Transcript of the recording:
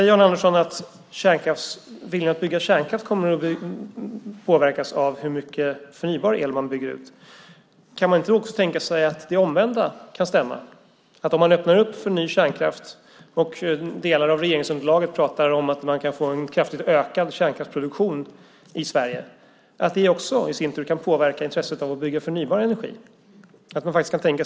Jan Andersson säger att viljan att bygga kärnkraft kommer att påverkas av hur mycket förnybar el man bygger ut. Kan man inte också tänka sig att det omvända kan stämma - om man öppnar för ny kärnkraft och delar av regeringsunderlaget pratar om att man kan få en kraftigt ökad kärnkraftsproduktion i Sverige - kan det i sin tur påverka intresset av att bygga förnybar energi?